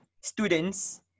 students